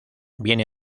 viene